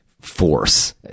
force